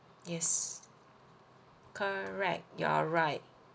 yes correct you're right